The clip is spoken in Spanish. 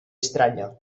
extraña